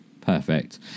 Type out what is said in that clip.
perfect